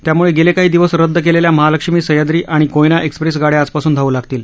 त्यामुळे गेले काही दिवस रद्द केलेल्या महालक्ष्मी सह्याद्री आणि कोयना एक्सप्रेस गाड्या आजपासून धावू लागतील